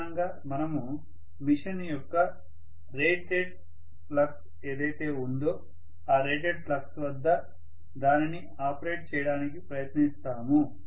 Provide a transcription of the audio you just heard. సాధారణంగా మనము మిషన్ యొక్క రేటెడ్ ఫ్లక్స్ ఏదైతే ఉందో ఆ రేటెడ్ ఫ్లక్స్ వద్ద దానిని ఆపరేట్ చేయడానికి ప్రయత్నిస్తాము